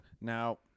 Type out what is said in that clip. Now